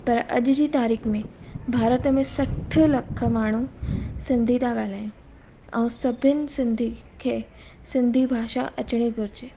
त अॼु जी तारीख़ में भारत में सठ लख माण्हू सिंधी था ॻाल्हायनि ऐं सभिनि सिंधी खे सिंधी भाषा अचनि घुरजे